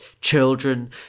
children